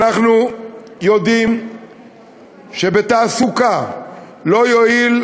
אנחנו יודעים שבתעסוקה לא יועיל,